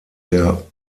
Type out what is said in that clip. der